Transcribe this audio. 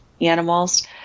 animals